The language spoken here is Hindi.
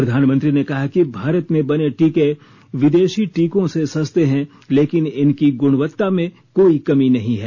प्रधानमंत्री ने कहा कि भारत में बने टीके विदेशी टीकों से सस्ते हैं लेकिन इनकी गुणवत्ता में कोई कमी नहीं हैं